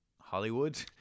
Hollywood